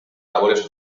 labores